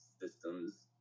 systems